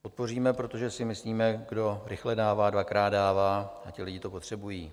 Podpoříme, protože si myslíme, kdo rychle dává, dvakrát dává, a ti lidé to potřebují.